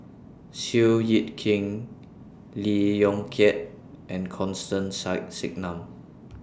Seow Yit Kin Lee Yong Kiat and Constance Singam